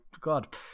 God